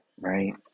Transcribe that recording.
right